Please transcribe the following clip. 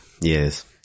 Yes